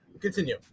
continue